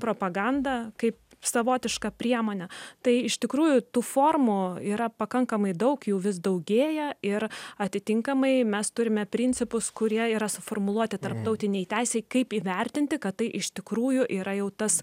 propagandą kaip savotišką priemonę tai iš tikrųjų tų formų yra pakankamai daug jų vis daugėja ir atitinkamai mes turime principus kurie yra suformuluoti tarptautinėj teisėj kaip įvertinti kad tai iš tikrųjų yra jau tas